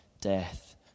death